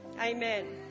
Amen